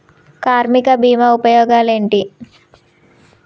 కార్మిక బీమా ఉపయోగాలేంటి?